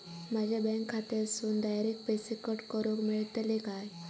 माझ्या बँक खात्यासून डायरेक्ट पैसे कट करूक मेलतले काय?